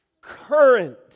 current